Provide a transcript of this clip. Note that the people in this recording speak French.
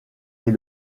est